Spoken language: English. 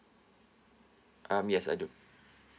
um yes I do